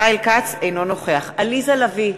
אינו נוכח עליזה לביא,